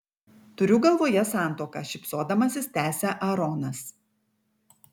turiu galvoje santuoką šypsodamasis tęsia aaronas